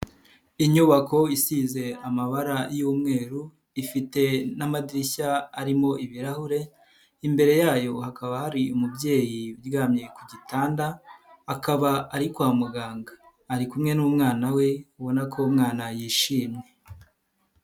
Inyubako isize amabara y'umweru ifite n'amadirishya arimo ibirahure imbere yayo hakaba hari umubyeyi uryamye ku gitanda akaba ari kwa muganga, ari kumwe n'umwana we ubona ko umwana yishimye.